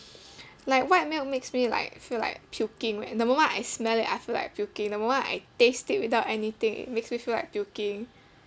like white milk makes me like feel like puking when the moment I smell it I feel like puking the moment I taste it without anything it makes me feel like puking